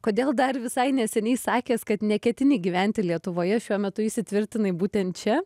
kodėl dar visai neseniai sakęs kad neketini gyventi lietuvoje šiuo metu įsitvirtinai būtent čia